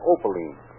Opaline